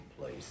place